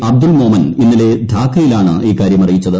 അബ്ദുൾ മോമൻ ഇന്നലെ ധാക്കയിലാണ് ഇക്കാരൃം അറിയിച്ചത്